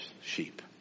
sheep